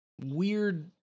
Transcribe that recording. weird